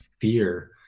fear